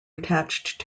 attached